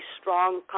strong